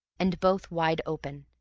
and both wide open.